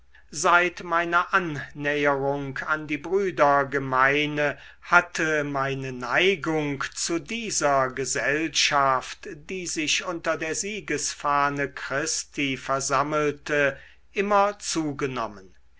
seit meiner annäherung an die brüdergemeine hatte meine neigung zu dieser gesellschaft die sich unter der siegesfahne christi versammelte immer zugenommen